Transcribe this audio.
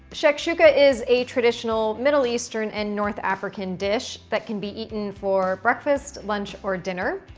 shakshuka is a traditional, middle eastern and north african dish that can be eaten for breakfast, lunch, or dinner.